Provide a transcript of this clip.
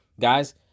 Guys